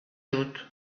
dut